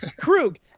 Krug